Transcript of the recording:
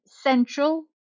central